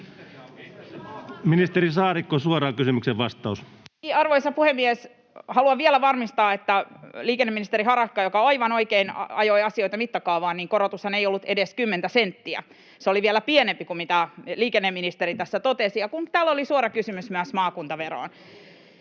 Ministeri Saarikko, suoraan kysymykseen vastaus. Arvoisa puhemies! Haluan vielä varmistaa, että vaikka liikenneministeri Harakka aivan oikein ajoi asioita mittakaavaan, niin korotushan ei ollut edes 10:tä senttiä. Se oli vielä pienempi kuin mitä liikenneministeri tässä totesi. Täällä oli suora kysymys myös maakuntaverosta,